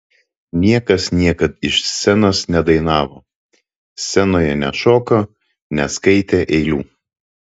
niekas niekad iš scenos nedainavo scenoje nešoko neskaitė eilių